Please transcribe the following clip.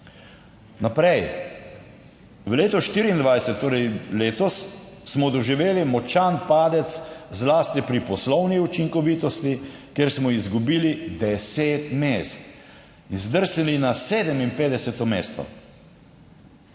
Naprej, v letu 2024, torej letos, smo doživeli močan padec, zlasti pri poslovni učinkovitosti, kjer smo izgubili deset mest in zdrsnili na 57. mesto,